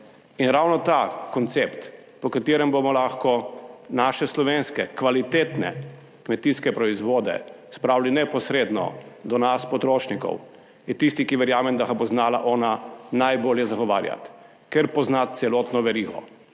In ravno ta koncept, po katerem bomo lahko naše slovenske kvalitetne kmetijske proizvode spravili neposredno do nas potrošnikov, je tisti, ki verjamem, da ga bo znala ona najbolje zagovarjati, ker pozna celotno verigo.